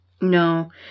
No